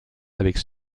avec